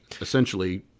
essentially